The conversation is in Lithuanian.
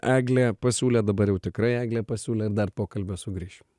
eglė pasiūlė dabar jau tikrai eglė pasiūlė dar pokalbio sugrįšim